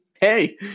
hey